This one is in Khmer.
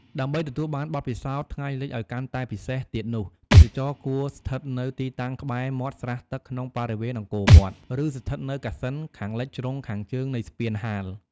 ដើម្បីទទួលបានបទពិសោធថ្ងៃលិចឲ្យកាន់តែពិសេសទៀតនោះ ទេសចរគួរស្ថិតនៅទីតាំងក្បែរមាត់ស្រះទឹកក្នុងបរិវេណអង្គរវត្ត ឬស្ថិតនៅកសិណខាងលិចជ្រុងខាងជើងនៃស្ពានហាល។